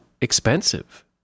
expensive